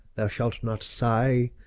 thou shalt not sigh,